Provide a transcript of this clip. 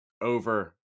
Over